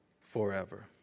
forever